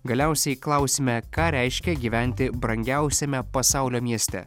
galiausiai klausime ką reiškia gyventi brangiausiame pasaulio mieste